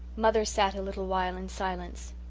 mother sat a little while in silence.